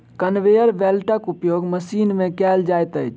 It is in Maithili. कन्वेयर बेल्टक उपयोग मशीन मे कयल जाइत अछि